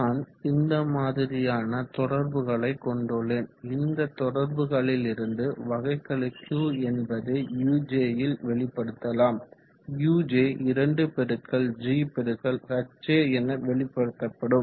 நான் இந்த மாதிரியான தொடர்புகளை கொண்டுள்ளேன் இந்த தொடர்புகளிலிருந்து வகைக்கெழுQ என்பதை uj ல் வெளிப்படுத்தலாம் uj 2gHa என வெளிப்படுத்தப்படும்